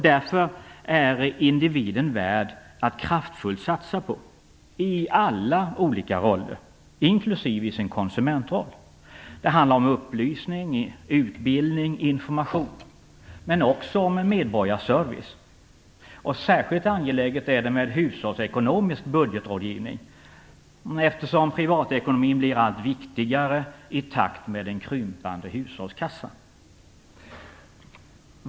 Därför är individen värd att kraftfullt satsa på i alla olika roller inklusive i sin konsumentroll. Det handlar om upplysning, utbildning och information, men också om medborgarservice. Särskilt angeläget är det med hushållsekonomisk budgetrådgivning, eftersom privatekonomin blir allt viktigare i takt med en krympande hushållskassa.